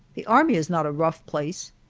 the army is not a rough place,